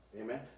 Amen